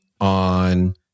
on